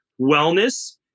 wellness